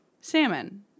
salmon